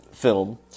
film